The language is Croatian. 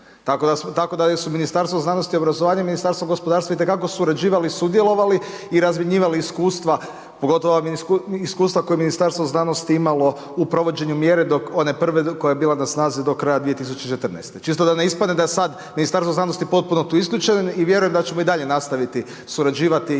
tako su Ministarstvo znanosti i obrazovanja i Ministarstvo gospodarstva itekako surađivali, sudjelovali i razmjenjivali iskustva pogotovo iskustva koja je Ministarstvo znanosti imalo u provođenju mjere one prve koja je bila na snazi do 2014. Čisto da ne ispadne da je sad Ministarstvo znanosti potpuno tu isključeno i vjerujem da ćemo i dalje nastaviti surađivati